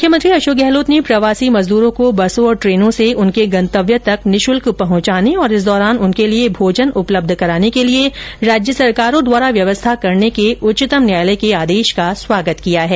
मुख्यमंत्री अशोक गहलोत ने प्रवासी मजदूरों को बसों और ट्रेनों से उनके गंतव्य तक निःशुल्क पहुंचाने और इस दौरान उनके लिए भोजन उपलब्ध कराने के लिए राज्य सरकारों द्वारा व्यवस्था करने के उच्चतम न्यायालय के आदेश का स्वागत किया है